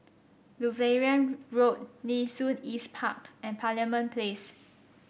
Lutheran Road Nee Soon East Park and Parliament Place